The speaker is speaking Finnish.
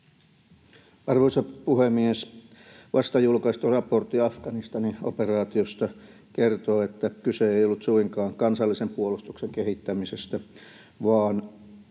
Arvoisa puhemies! Vasta julkaistu raportti Afganistanin operaatiosta kertoo, että kyse ei ollut suinkaan kansallisen puolustuksen kehittämisestä vaan